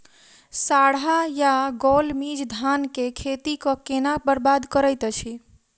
साढ़ा या गौल मीज धान केँ खेती कऽ केना बरबाद करैत अछि?